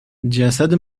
جسد